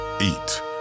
eat